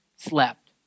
Slept